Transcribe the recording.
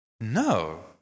No